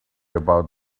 about